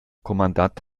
kommandant